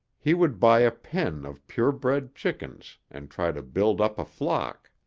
he would buy a pen of purebred chickens and try to build up a flock.